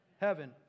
Heaven